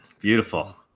Beautiful